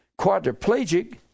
quadriplegic